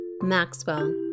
Maxwell